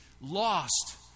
lost